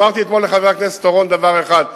אמרתי אתמול לחבר הכנסת אורון דבר אחד,